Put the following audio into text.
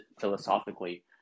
philosophically